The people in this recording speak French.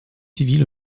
civil